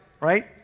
right